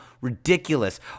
ridiculous